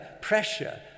pressure